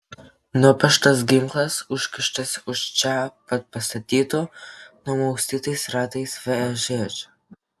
nupeštas ginklas užkištas už čia pat pastatytų numaustytais ratais vežėčių